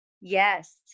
Yes